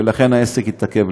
ולכן העסק התעכב.